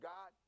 God